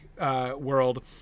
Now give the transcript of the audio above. World